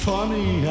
Funny